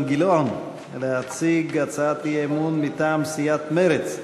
גילאון להציג הצעת אי-אמון מטעם סיעת מרצ: